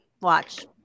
watch